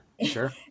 Sure